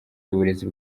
y’uburezi